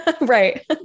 Right